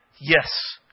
Yes